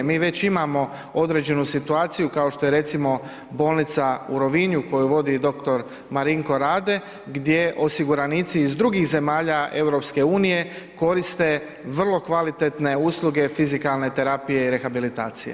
Mi već imamo određenu situaciju kao što je recimo bolnica u Rovinju koju vodi dr. Marinko Rade gdje osiguranici iz drugih zemalja EU koriste vrlo kvalitetne usluge fizikalne terapije i rehabilitacije.